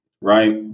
Right